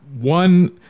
one